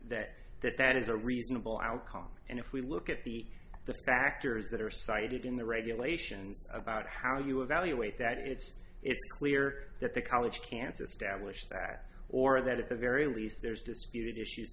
that that that is a reasonable outcome and if we look at the the factors that are cited in the regulations about how you evaluate that it's it's clear that the college cancer stablished that or that at the very least there's dis